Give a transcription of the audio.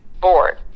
board